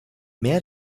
mehr